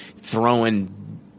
Throwing